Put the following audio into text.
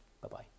Bye-bye